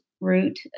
route